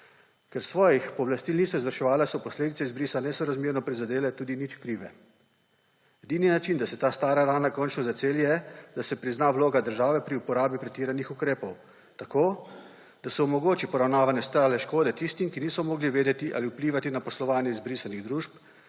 Ker svojih pooblastil niso izvrševala, so posledice izbrisa nesorazmerno prizadele tudi nič krive. Edini način, da se ta stara rana končno zaceli, je, da se prizna vloga države pri uporabi pretiranih ukrepov tako, da se omogoči poravnavo nastale škode tistim, ki niso mogli vedeti ali vplivati na poslovanje izbrisanih družb,